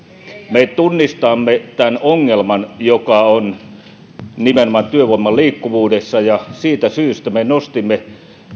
me tunnistamme tämän ongelman joka on nimenomaan työvoiman liikkuvuudessa ja siitä syystä me nostimme